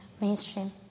mainstream